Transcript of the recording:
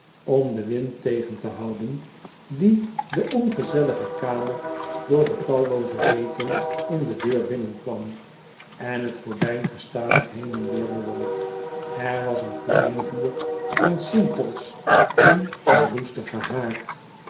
om den wind tegen te houden die de ongezellige kamer door de tallooze reten in de deur binnenkwam en het gordijn gestadig heen en weer bewoog er was een klein vuur van sintels in een roestigen haard